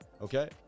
Okay